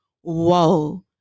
whoa